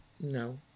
No